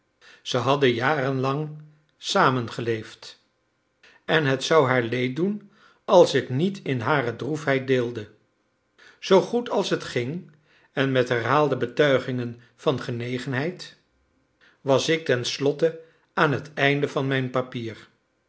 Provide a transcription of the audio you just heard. zij hadden jarenlang samen geleefd en het zou haar leed doen als ik niet in hare droefheid deelde zoo goed als het ging en met herhaalde betuigingen van genegenheid was ik ten slotte aan het einde van mijn papier